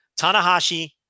Tanahashi